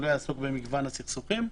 הוא לא יעסוק במגוון הסכסוכים.